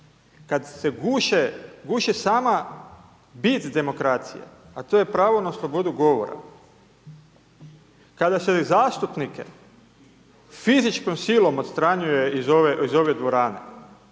kada se guše sama bit demokracije, a to je pravo na slobodu govora. Kada svoje zastupnike fizičkom silom odstranjuje iz ove dvorane,